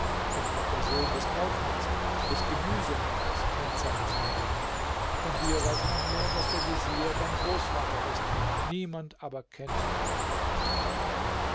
denn auch der sohn des kaufmanns und des gemüsehändlers kennt seinen vater von dir weiß man nur daß der vezier dein großvater ist niemand aber kennt deinen vater